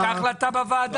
זו הייתה החלטה בוועדה.